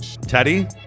Teddy